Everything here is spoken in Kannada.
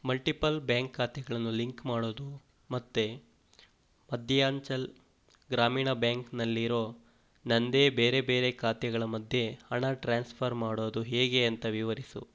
ಮಲ್ಟಿಪಲ್ ಬ್ಯಾಂಕ್ ಖಾತೆಗಳನ್ನು ಲಿಂಕ್ ಮಾಡೋದು ಮತ್ತು ಮಧ್ಯಾಂಚಲ ಗ್ರಾಮೀಣ ಬ್ಯಾಂಕ್ನಲ್ಲಿರೋ ನಂದೇ ಬೇರೆ ಬೇರೆ ಖಾತೆಗಳ ಮಧ್ಯೆ ಹಣ ಟ್ರಾನ್ಸ್ಫರ್ ಮಾಡೋದು ಹೇಗೆ ಅಂತ ವಿವರಿಸು